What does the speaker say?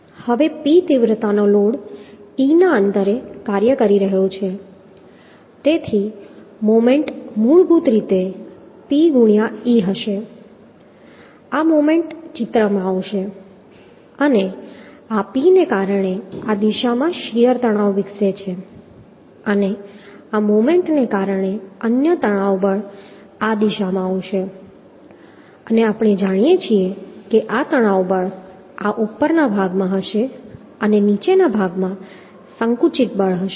હવે P તીવ્રતાનો load e ના અંતરે કાર્ય કરી રહ્યો છે તેથી મોમેન્ટ મૂળભૂત રીતે P ગુણ્યા e હશે આ મોમેન્ટ ચિત્રમાં આવશે અને આ P ને કારણે આ દિશામાં શીયર તણાવ વિકસે છે અને આ મોમેન્ટને કારણે અન્ય તણાવ બળ આ દિશામાં આવશે અને આપણે જાણીએ છીએ કે આ તણાવ બળ આ ઉપરના ભાગમાં હશે અને નીચેના ભાગમાં સંકુચિત બળ હશે